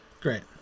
Great